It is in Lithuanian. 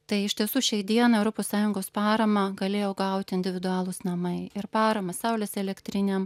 tai iš tiesų šiai dienai europos sąjungos paramą galėjo gauti individualūs namai ir paramą saulės elektrinėm